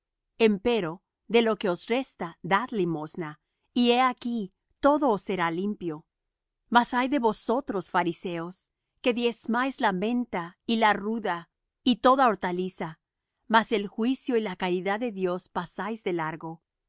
dentro empero de lo que os resta dad limosna y he aquí todo os será limpio mas ay de vosotros fariseos que diezmáis la menta y la ruda y toda hortliza mas el juicio y la caridad de dios pasáis de largo